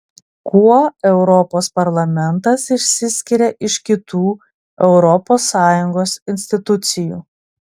kuo europos parlamentas išsiskiria iš kitų europos sąjungos institucijų